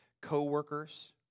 co-workers